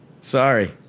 sorry